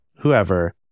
whoever